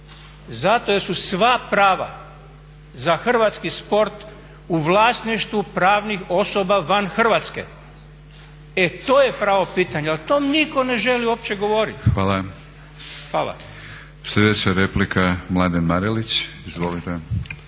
Zato jer su sva prava za hrvatski sport u vlasništvu pravnih osoba van Hrvatske. E to je pravo pitanje, ali o tome nitko ne želi uopće govoriti. **Batinić, Milorad (HNS)** Hvala. Sljedeća replika, Mladen Marelić. Izvolite.